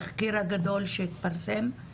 התחקיר הגדול שהתפרסם,